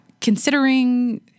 considering